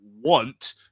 want